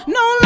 no